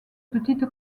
petite